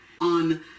on